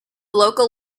local